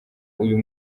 uyu